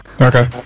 Okay